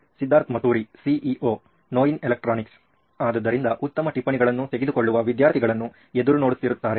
Siddharth Maturi CEO Noyin electronics ಆದ್ದರಿಂದ ಉತ್ತಮ ಟಿಪ್ಪಣಿಗಳನ್ನು ತೆಗೆದುಕೊಳ್ಳುವ ವಿದ್ಯಾರ್ಥಿಗಳನ್ನು ಎದುರು ನೋಡುತ್ತಿರುತ್ತಾರೆ